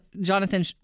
Jonathan